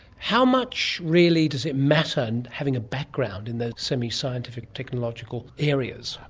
how much really does it matter and having a background in the semi-scientific technological areas?